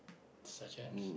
such as